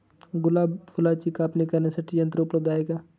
गुलाब फुलाची कापणी करण्यासाठी यंत्र उपलब्ध आहे का?